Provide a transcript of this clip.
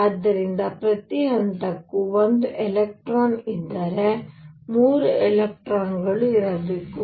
ಆದ್ದರಿಂದ ಪ್ರತಿ ಹಂತಕ್ಕೂ ಒಂದು ಎಲೆಕ್ಟ್ರಾನ್ ಇದ್ದರೆ 3 ಎಲೆಕ್ಟ್ರಾನ್ ಗಳು ಇರಬೇಕು